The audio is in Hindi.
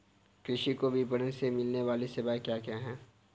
कृषि को विपणन से मिलने वाली सेवाएँ क्या क्या है